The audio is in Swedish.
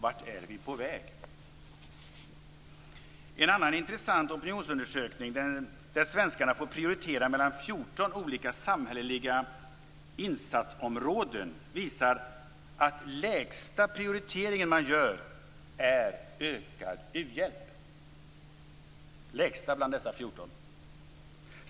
Vart är vi på väg? En annan intressant opinionsundersökning, där svenskarna fått rangordna 14 olika samhälleliga insatsområden, visar att ökad u-hjälp kommer längst ned på listan.